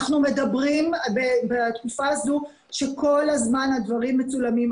אנחנו מדברים בתקופה הזו שכל הזמן הדברים מצולמים.